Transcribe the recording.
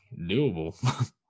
doable